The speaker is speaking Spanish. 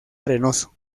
arenoso